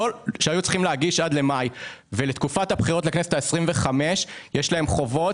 שהיו אמורים להגיש עד למאי ולתקופת הבחירות לכנסת ה-25 יש להם חובות.